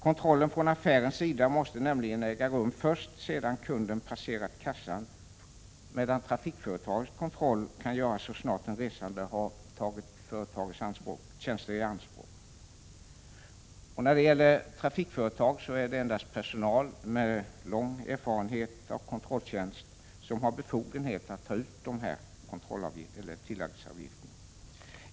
Kontrollen från affärens sida måste nämligen äga rum först sedan kunden passerat kassan, medan trafikföretagets kontroll kan göras så snart den resande har tagit företagets tjänster i anspråk. När det gäller trafikföretag är det endast personal med lång erfarenhet av kontrolltjänst som har befogenhet att ta ut dessa tilläggsavgifter.